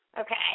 Okay